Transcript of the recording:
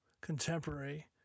contemporary